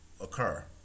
occur